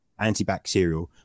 antibacterial